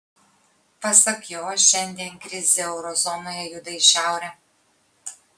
pasak jo šiandien krizė euro zonoje juda į šiaurę